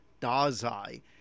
Dazai